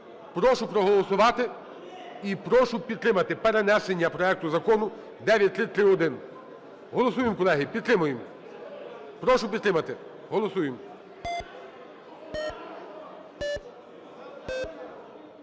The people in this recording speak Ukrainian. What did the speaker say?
Прошу проголосувати. І прошу підтримати перенесення проекту Закону 9331. Голосуємо, колеги. Підтримуємо. Прошу підтримати. Голосуємо.